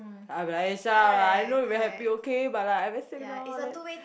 like I'll be like eh shut up lah I know you very happy okay but like I very sick now then